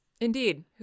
Indeed